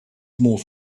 more